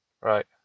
Right